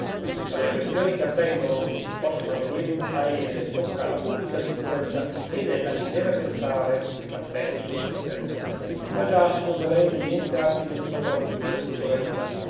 per le questioni che avvengono o che possono avvenire in paese tocca alla pubblica sicurezza ed ella ci deve pensare ribattè il sottoprefetto ma già secondo lei niente ha attinenza con la pubblica sicurezza